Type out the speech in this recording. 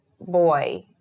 boy